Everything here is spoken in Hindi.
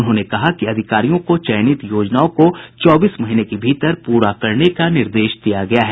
उन्होंने कहा कि अधिकारियों को चयनित योजनाओं को चौबीस महीने के भीतर पूरा करने का निर्देश दिया गया है